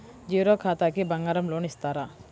Zero ఖాతాకి బంగారం loan ఇస్తారా?